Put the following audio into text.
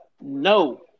No